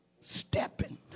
stepping